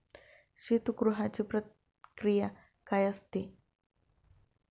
शीतगृहाची प्रक्रिया काय असते?